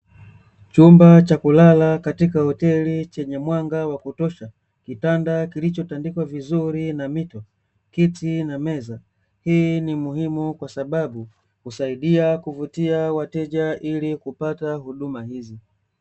Chumba cha kulala katika hoteli chenye mwanga wa kutosha, kitanda kilichotandikwa vizuri na mito, kiti na meza hii ni muhimu kwa sababu husaidia kuvutia wateja ili kupata huduma hizi.